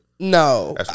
No